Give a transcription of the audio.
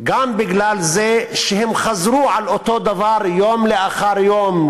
גם מפני שהם חזרו על אותו דבר יום אחר יום,